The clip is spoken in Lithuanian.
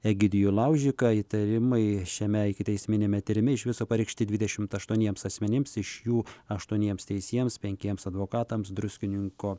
egidijų laužiką įtarimai šiame ikiteisminiame tyrime iš viso pareikšti dvidešimt aštuoniems asmenims iš jų aštuoniems teisėjams penkiems advokatams druskininko